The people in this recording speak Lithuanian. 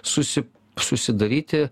susi susidaryti